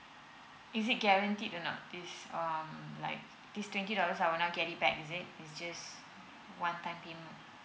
is it guaranteed or not this um like this It's just one time payment